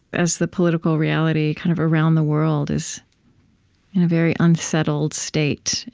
as the political reality kind of around the world is in a very unsettled state.